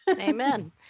Amen